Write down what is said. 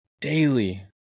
daily